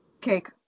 Cake